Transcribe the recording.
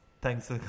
Thanks